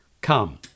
Come